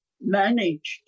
managed